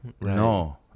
No